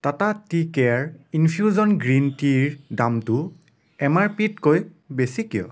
Tata tea care infusion green টিৰ দামটো M R পিতকৈ বেছি কিয়